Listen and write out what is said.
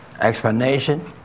explanation